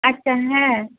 আচ্ছা হ্যাঁ